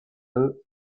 eux